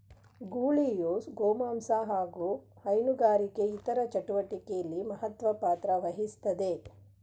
ಗೂಳಿಯು ಗೋಮಾಂಸ ಹಾಗು ಹೈನುಗಾರಿಕೆ ಇತರ ಚಟುವಟಿಕೆಲಿ ಮಹತ್ವ ಪಾತ್ರವಹಿಸ್ತದೆ